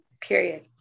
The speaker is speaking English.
Period